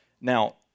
Now